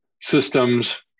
systems